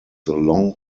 long